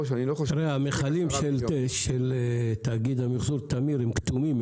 המכלים של תאגיד המחזור תמיר הם כתומים,